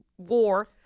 War